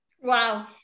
Wow